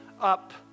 up